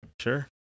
Sure